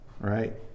Right